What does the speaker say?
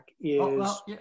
is-